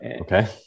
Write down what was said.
Okay